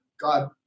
God